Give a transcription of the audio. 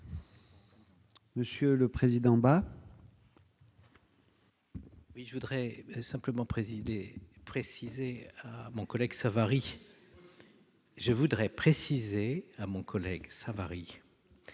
Monsieur le président, bas. Oui, je voudrais simplement présidé préciser à mon collègue Savary je voudrais préciser à mon collègue Savary,